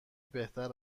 بهتر